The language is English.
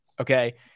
Okay